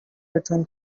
between